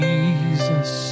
Jesus